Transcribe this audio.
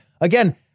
again